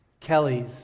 Kelly's